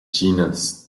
chinas